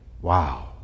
Wow